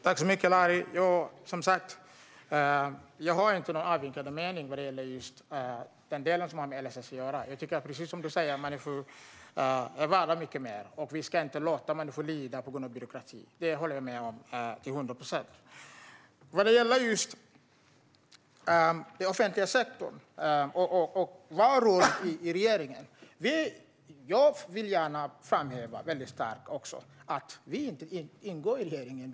Fru talman! Jag har, som sagt, inte någon avvikande mening när det gäller just det som har med LSS att göra. Precis som du säger är människor värda mycket mer. Vi ska inte låta människor lida på grund av byråkrati. Det håller jag med om till hundra procent. När det gäller just den offentliga sektorn vill jag framhäva mycket starkt att vi inte ingår i regeringen.